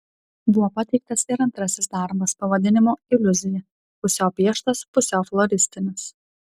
buvo pateiktas ir antrasis darbas pavadinimu iliuzija pusiau pieštas pusiau floristinis